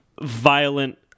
violent